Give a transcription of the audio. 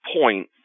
point